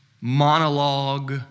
monologue